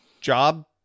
job